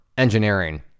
engineering